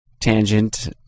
tangent